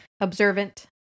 Observant